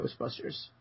Ghostbusters